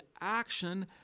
action